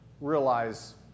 realize